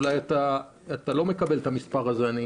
אולי אתה לא מקבל את המספר הזה,